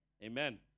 Amen